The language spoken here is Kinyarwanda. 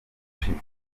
ushize